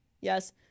Yes